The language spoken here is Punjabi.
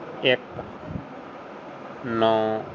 ਇੱਕ ਨੌਂ